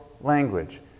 language